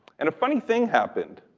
and a funny thing happened.